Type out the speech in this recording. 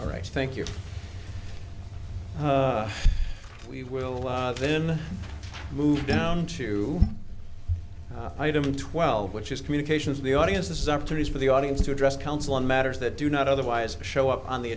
all right thank you we will then move down to item twelve which is communications the audience is opportunities for the audience to address council on matters that do not otherwise show up on the